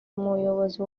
umuyobozi